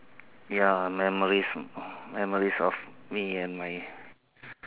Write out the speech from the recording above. ya memories memories of me and my